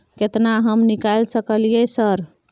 केतना हम निकाल सकलियै सर?